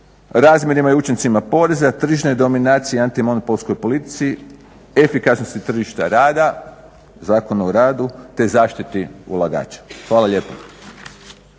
razmjerima i učincima porezima, tržišnoj dominaciji i antimonopolskoj politici, efikasnosti tržišta rada, Zakona o radu te zaštiti ulagača. Hvala lijepo.